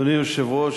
אדוני היושב-ראש,